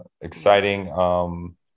exciting